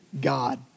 God